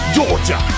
Georgia